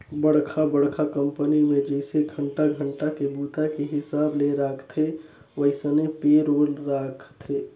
बड़खा बड़खा कंपनी मे जइसे घंटा घंटा के बूता के हिसाब ले राखथे वइसने पे रोल राखथे